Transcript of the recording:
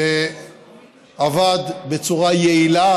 שעבד בצורה יעילה,